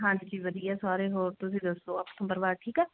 ਹਾਂਜੀ ਵਧੀਆ ਸਾਰੇ ਹੋਰ ਤੁਸੀਂ ਦੱਸੋ ਪਰਿਵਾਰ ਠੀਕ ਆ